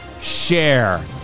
share